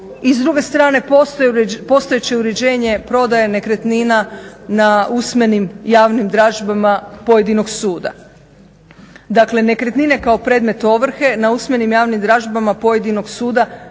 I s druge strane postojeće uređenje prodaje nekretnina na usmenim javnim dražbama pojedinog suda. Dakle, nekretnine kao predmet ovrhe na usmenim javnim dražbama pojedinog suda